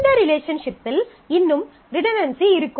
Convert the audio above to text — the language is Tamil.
இந்த ரிலேஷன்ஷிப்பில் இன்னும் ரிடன்டன்சி இருக்கும்